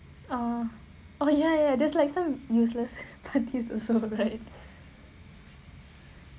oh oh ya ya there's like some useless parties also right